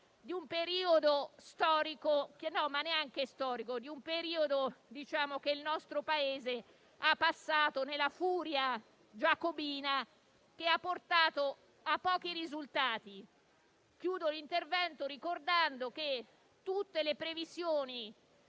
a un periodo che il nostro Paese ha passato nella furia giacobina, che ha portato a pochi risultati. Concludo ricordando che tutte le previsioni